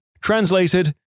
Translated